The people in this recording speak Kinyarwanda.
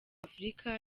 afurika